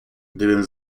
gdybym